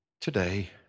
Today